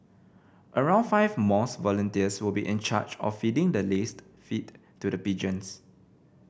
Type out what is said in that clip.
around five mosque volunteers will be in charge of feeding the laced feed to the pigeons